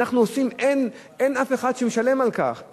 אין אף אחד שמשלם על כך,